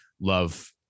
love